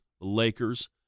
Lakers